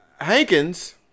Hankins